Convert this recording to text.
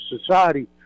society